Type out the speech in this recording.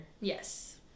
Yes